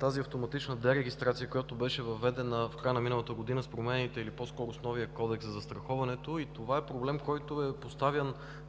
тази автоматична дерегистрация, която беше въведена в края на миналата година с новия Кодекс за застраховането. Това е проблем, който е поставян